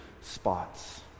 spots